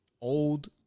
Old